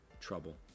trouble